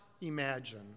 imagine